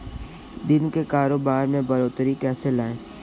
दिन के कारोबार में बढ़ोतरी कैसे लाएं?